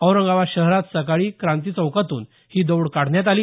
औरंगाबाद शहरात सकाळी क्रांतीचौकातून ही दौड काढण्यात आली